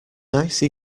icy